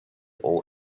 all